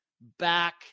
back